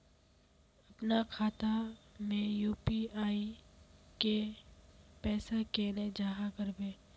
अपना खाता में यू.पी.आई के पैसा केना जाहा करबे?